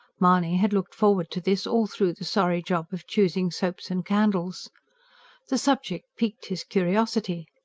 mahony had looked forward to this all through the sorry job of choosing soaps and candles the subject piqued his curiosity.